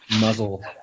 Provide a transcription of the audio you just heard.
muzzle